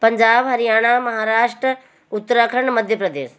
Punjab Haryana Maharashtra Uttarakhand Madhya Pradesh